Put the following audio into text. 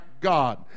God